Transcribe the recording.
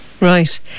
right